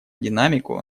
динамику